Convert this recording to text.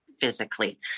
physically